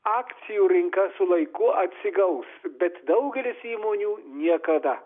akcijų rinka su laiku atsigaus bet daugelis įmonių niekada